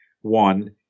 one